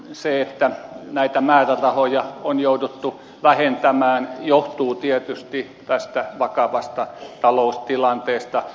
se että näitä määrärahoja on jouduttu vähentämään johtuu tietysti tästä vakavasta taloustilanteesta